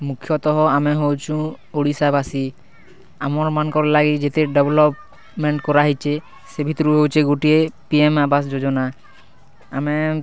ମୁଖ୍ୟତଃ ଆମେ ହେଉଛୁ ଓଡ଼ିଶାବାସୀ ଆମର୍ ମାନ୍ଙ୍କର୍ ଲାଗି ଯେତେ ଡେଭଲପ୍ମେଣ୍ଟ୍ କରାହେଇଛେ ସେ ଭିତ୍ରୁ ହେଉଛେ ଗୁଟେ ପିଏମ୍ ଆଭାସ୍ ଯୋଜନା ଆମେ